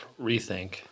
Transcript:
rethink